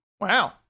wow